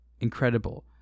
incredible